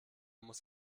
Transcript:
muss